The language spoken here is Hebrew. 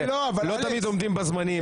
לא תמיד עומדים בזמנים.